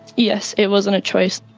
yes, it wasn't a choice.